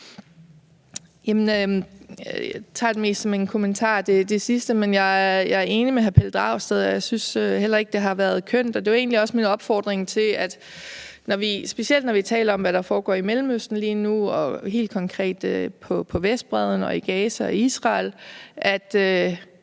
Jeg tager mest det sidste som en kommentar, men jeg er enig med hr. Pelle Dragsted, og jeg synes heller ikke, det har været kønt. Det var egentlig også min opfordring til, specielt når vi taler om, hvad der foregår i Mellemøsten lige nu og helt konkret på Vestbredden og i Gaza og Israel, at